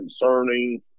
concerning